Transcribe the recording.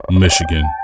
Michigan